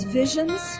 visions